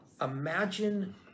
imagine